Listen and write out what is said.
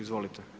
Izvolite.